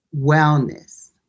wellness